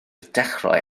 dechrau